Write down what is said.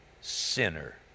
sinner